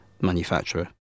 manufacturer